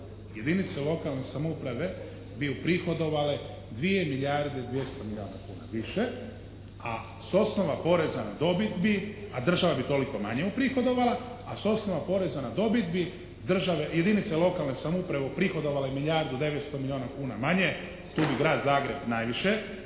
Jedinice lokalne samouprave bi uprihodovale 2 milijarde 200 milijuna kuna više, a s osnova poreza na dobit bi, a država bi toliko manje uprihodovala, a s osnova poreza na dobit bi države, jedinice lokalne samouprave uprihodovale milijardu 900 milijuna kuna manje. Tu bi Grad Zagreb najviše